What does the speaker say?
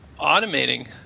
automating